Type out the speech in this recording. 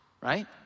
right